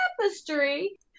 tapestry